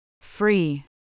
free